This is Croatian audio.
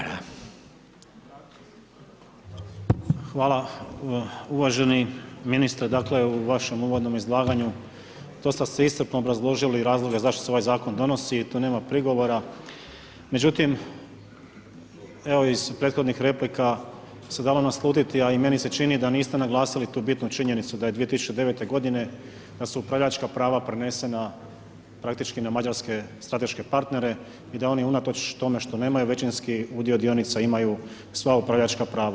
Hvala uvaženi ministre, dakle u vašem uvodnom izlaganju dosta ste iscrpno obrazložili razloge zašto se ovaj zakon donosi i tu nema prigovora, međutim evo iz prethodnih replika se dalo naslutiti, a i meni se čini da niste naglasili tu bitnu činjenicu da je 2009. godine da su upravljačka prava prenesena praktički na mađarske strateške partnere i da oni unatoč tome što nemaju većinski udio dionica imaju sva upravljačka prava.